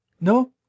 No